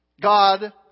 God